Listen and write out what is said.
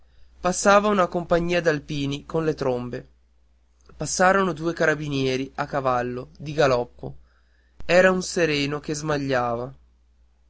passava una compagnia d'alpini con le trombe passarono due carabinieri a cavallo di galoppo era un sereno che smagliava